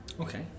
Okay